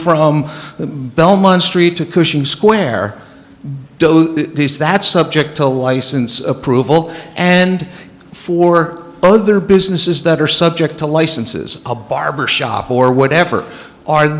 from belmont street to cushing square below that's subject to license approval and for other businesses that are subject to licenses a barbershop or whatever are